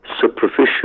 superficial